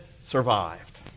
survived